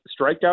strikeout